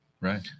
Right